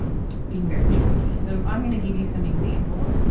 um being very tricky. so, i'm gonna give you some examples,